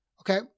Okay